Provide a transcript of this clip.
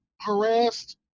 harassed